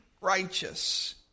righteous